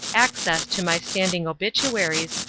access to my standing obituaries,